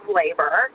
labor